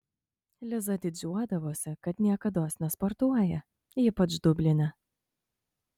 liza didžiuodavosi kad niekados nesportuoja ypač dubline